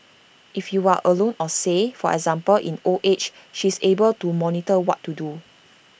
if you are alone or say for example in old age she's able to monitor what to do